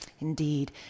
Indeed